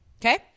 Okay